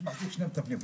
מי שמחזיק שני מטפלים,